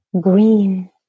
Green